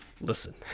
Listen